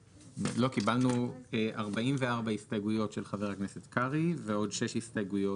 קיבלנו 44 הסתייגויות של חבר הכנסת קרעי ועוד שש הסתייגויות.